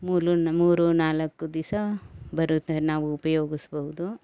ಮೂರು ನ ಮೂರು ನಾಲ್ಕು ದಿವಸ ಬರುತ್ತೆ ನಾವು ಉಪ್ಯೋಗಸ್ಬವ್ದು